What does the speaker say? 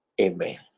Amen